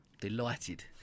Delighted